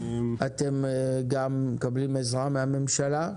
אתם מקבלים גם עזרה מהממשלה?